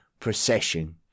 procession